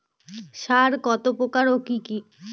সার কত প্রকার ও কি কি?